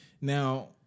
Now